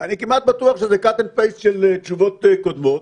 אני כמעט בטוח שזה cut and paste של תשובות קודמות,